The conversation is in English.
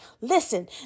Listen